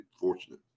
fortunate